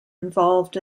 involved